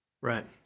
Right